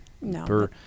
No